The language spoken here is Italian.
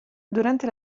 durante